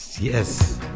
Yes